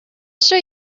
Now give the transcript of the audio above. show